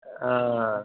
ആ